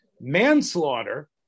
Manslaughter